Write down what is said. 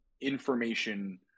information